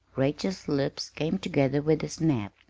rachel's lips came together with a snap.